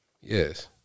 Yes